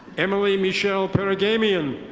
emily michelle perigamean.